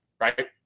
right